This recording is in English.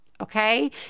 okay